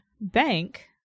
bank